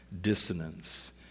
dissonance